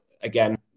again